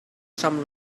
some